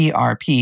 ERP